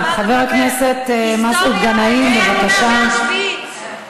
האסלאם מהמאה השביעית.